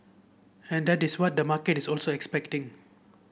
and that is what the market is also expecting